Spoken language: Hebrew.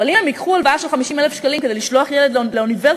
אבל אם הם ייקחו הלוואה של 50,000 שקלים כדי לשלוח ילד לאוניברסיטה,